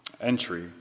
entry